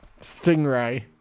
Stingray